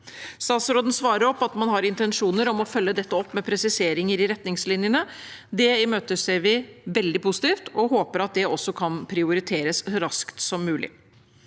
Statsråden svarer at man har intensjoner om å følge dette opp med presiseringer i retningslinjene. Det imøteser vi veldig positivt og håper at det også kan prioriteres så raskt som mulig.